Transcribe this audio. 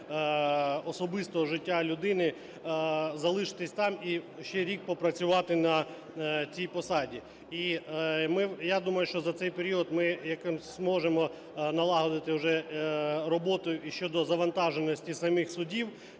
особистого життя людини, залишитись там і ще рік попрацювати на цій посаді. І я думаю, що за цей період ми якось зможемо налагодити уже роботу щодо завантаженості самих судів